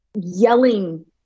yelling